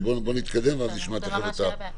נמשיך בהקראה.